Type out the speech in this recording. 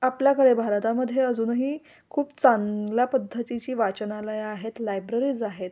आपल्याकडे भारतामधे अजूनही खूप चांगल्या पद्धतीची वाचनालय आहेत लायब्ररीज आहेत